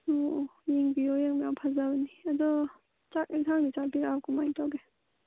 ꯑꯣ ꯑꯣ ꯌꯦꯡꯕꯤꯌꯨ ꯌꯥꯝ ꯐꯖꯕꯅꯤ ꯑꯗꯣ ꯆꯥꯛ ꯌꯦꯟꯁꯥꯡꯗꯤ ꯆꯥꯕꯤꯔꯛꯑꯕꯣ ꯀꯃꯥꯏ ꯇꯧꯒꯦ